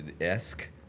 esque